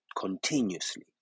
continuously